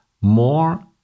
more